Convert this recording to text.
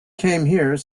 came